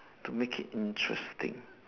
to make it interesting